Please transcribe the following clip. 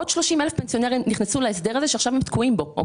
עוד 30 אלף פנסיונרים נכנסו להסדר הזה ועכשיו הם תקועים בו.